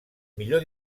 millor